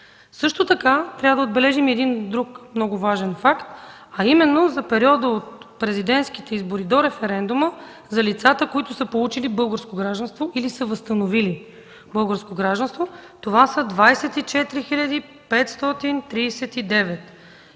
Също така трябва да отбележим и един друг, много важен факт, а именно, че за периода от президентските избори до референдума лицата, които са получили българско гражданство или са възстановили българско гражданство, са 24 539! И именно